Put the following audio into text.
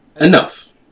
enough